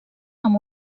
amb